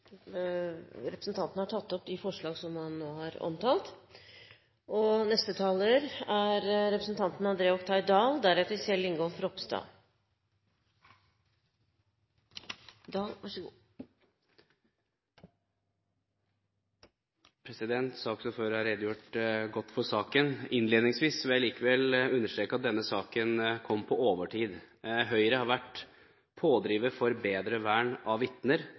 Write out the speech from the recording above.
Representanten Jan Bøhler har tatt opp de forslag han refererte til. Saksordføreren har redegjort godt for saken. Innledningsvis vil jeg likevel understreke at denne saken kom på overtid. Høyre har vært pådriver for bedre vern av vitner,